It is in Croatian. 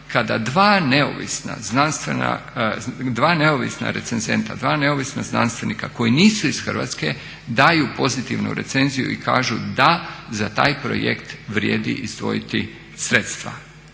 kada dva neovisna recenzenta, dva neovisna znanstvenika koji nisu iz Hrvatske daju pozitivnu recenziju i kažu da za taj projekt vrijedi izdvojiti sredstva.